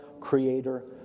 creator